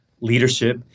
leadership